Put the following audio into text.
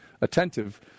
attentive